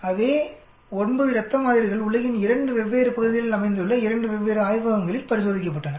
அதே 9 இரத்த மாதிரிகள் உலகின் 2 வெவ்வேறு பகுதிகளில் அமைந்துள்ள 2 வெவ்வேறு ஆய்வகங்களில் பரிசோதிக்கப்பட்டன